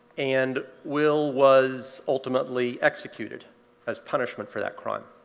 and will was ultimately executed as punishment for that crime.